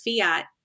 fiat